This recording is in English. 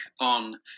on